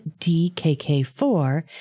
DKK4